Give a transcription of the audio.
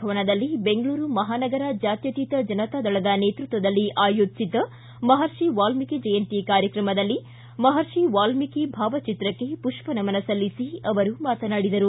ಭವನದಲ್ಲಿ ಬೆಂಗಳೂರು ಮಹಾನಗರ ಜಾತ್ಯತೀತ ಜನತಾದಳ ನೇತೃತ್ವದಲ್ಲಿ ಆಯೋಜಿಸಿದ್ದ ಮಹರ್ಷಿ ವಾಲ್ಮಿಕಿ ಜಯಂತಿ ಕಾರ್ಯಕ್ರಮದಲ್ಲಿ ಮಹರ್ಷಿ ವಾಲ್ಮಿಕಿ ಭಾವಚಿತ್ರಕ್ಕೆ ಪುಷ್ಪನಮನ ಸಲ್ಲಿಸಿ ಅವರು ಮಾತನಾಡಿದರು